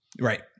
Right